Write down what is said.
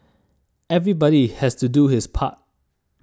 everybody has to do his part